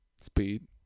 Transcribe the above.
Speed